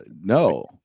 no